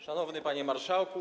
Szanowny Panie Marszałku!